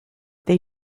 they